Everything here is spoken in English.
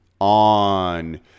on